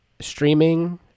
streaming